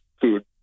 food